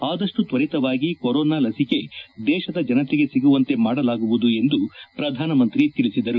ಆದಷ್ಟು ತ್ವರಿತವಾಗಿ ಕೊರೋನಾ ಲಿಸಿಕೆ ದೇಶದ ಜನತೆಗೆ ಸಿಗುವಂತೆ ಮಾಡಲಾಗುವುದು ಎಂದು ಪ್ರಧಾನಮಂತ್ರಿ ತಿಳಿಸಿದರು